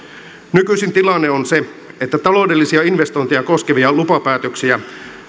nykyisin tilanne on se että taloudellisia investointeja koskevia lupapäätöksiä